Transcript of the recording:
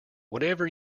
whatever